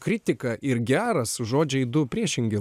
kritika ir geras žodžiai du priešingi